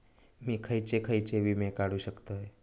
मी खयचे खयचे विमे काढू शकतय?